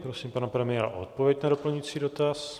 Prosím pana premiéra o odpověď na doplňující dotaz.